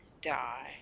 die